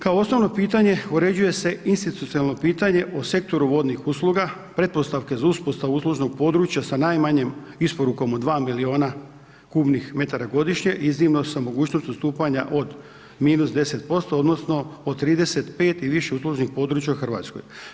Kao osnovno pitanje uređuje se institucionalno pitanje o sektoru vodnih usluga, pretpostavke za uspostavu uslužnog područja, sa najmanjom isporukom od 2 milijuna kubnih metara godišnje, iznimno sa mogućnost odstupanja od minus 10%, odnosno, od 35 i više uslužnih područja u Hrvatskoj.